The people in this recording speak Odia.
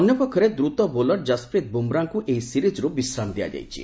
ଅନ୍ୟପକ୍ଷରେ ଦ୍ରୁତ ବୋଲର ଯଶପ୍ରିତ ବୁମ୍ରାଙ୍କୁ ଏହି ସିରିଜ୍ରୁ ବିଶ୍ରାମ ଦିଆଯାଇଛି